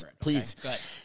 Please